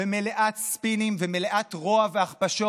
מלאת ספינים ומלאת רוע והכפשות,